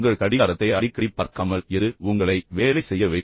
உங்கள் கடிகாரத்தை அடிக்கடி பார்க்காமல் எது உங்களை வேலை செய்ய வைக்கும்